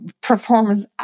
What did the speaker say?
performs